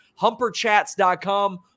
humperchats.com